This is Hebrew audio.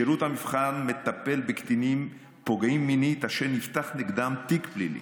שירות המבחן מטפל בקטינים פוגעים מינית אשר נפתח להם תיק פלילי.